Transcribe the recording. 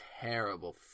terrible